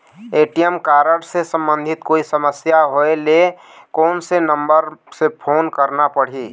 ATM card से संबंधित कोई समस्या होय ले, कोन से नंबर से फोन करना पढ़ही?